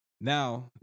Now